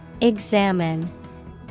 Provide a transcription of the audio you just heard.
Examine